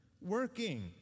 working